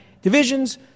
divisions